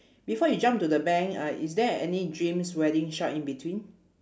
before you jump to the bank uh is there any dreams wedding shop in between